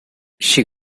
she